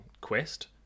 quest